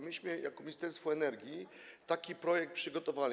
Myśmy jako Ministerstwo Energii taki projekt przygotowali.